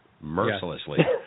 mercilessly